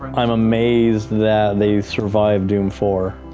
i'm amazed that they survived doom four,